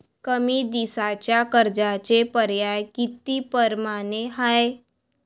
कमी दिसाच्या कर्जाचे पर्याय किती परमाने हाय?